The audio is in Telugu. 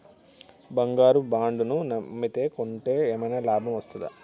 బంగారు బాండు ను అమ్మితే కొంటే ఏమైనా లాభం వస్తదా?